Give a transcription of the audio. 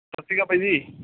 ਸਤਿ ਸ਼੍ਰੀ ਅਕਾਲ ਭਾਈ ਜੀ